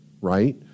right